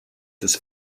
this